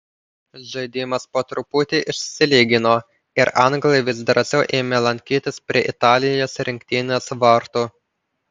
žaidimas po truputį išsilygino ir anglai vis drąsiau ėmė lankytis prie italijos rinktinės vartų